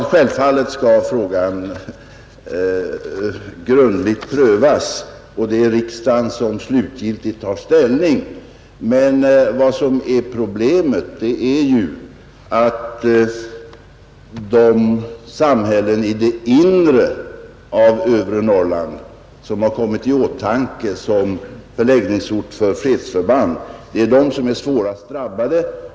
Herr talman! Ja, självfallet skall frågan grundligt prövas, och det är riksdagen som tar slutgiltig ställning. Men problemet är ju att det är de samhällen i det inre av övre Norrland som har kommit i åtanke som förläggningsorter för fredsförband, vilka är hårdast drabbade.